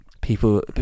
people-